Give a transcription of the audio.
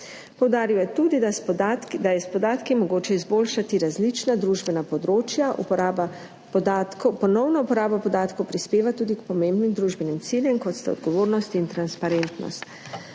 Poudaril je tudi, da je s podatki mogoče izboljšati različna družbena področja, ponovna uporaba podatkov prispeva tudi k pomembnim družbenim ciljem, kot sta odgovornost in transparentnost.